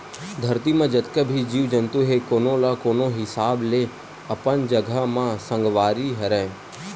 धरती म जतका भी जीव जंतु हे कोनो न कोनो हिसाब ले अपन जघा म संगवारी हरय